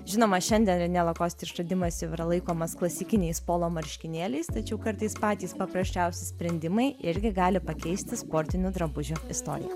žinoma šiandien rene lakoste išradimas jau yra laikomas klasikiniais polo marškinėliais tačiau kartais patys paprasčiausi sprendimai irgi gali pakeisti sportinių drabužių istoriją